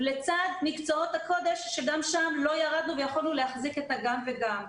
לצד מקצועות הקודש שגם שם לא ירדנו ויכולנו להחזיק את ה'גם וגם'.